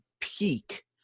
peak